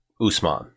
Usman